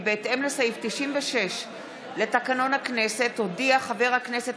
כי בהתאם לסעיף 96 לתקנון הכנסת הודיע חבר הכנסת